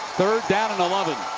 third down and eleven.